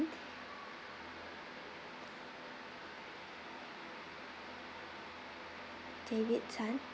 david tan